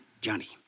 Johnny